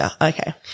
Okay